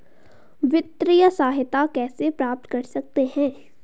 वित्तिय सहायता कैसे प्राप्त कर सकते हैं?